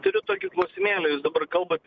turiu tokį klausimėlį jūs dabar kalbat